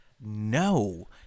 No